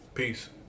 Peace